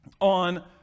on